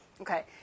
Okay